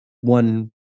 one